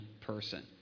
person